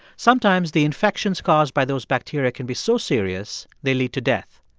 sometimes, the infections caused by those bacteria can be so serious they lead to death,